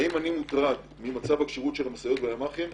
האם אני מוטרד ממצב הכשירות של המשאיות בימ"חים?